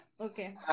Okay